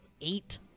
eight